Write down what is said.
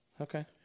Okay